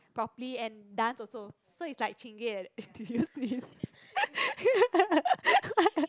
properly and dance also so is like Chingay like that